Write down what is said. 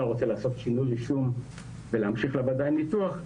לעשות שינוי רישום ולהמשיך לוועדה עם ניתוח,